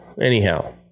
anyhow